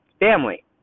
family